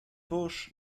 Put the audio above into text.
busch